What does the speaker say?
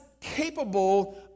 capable